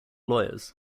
lawyers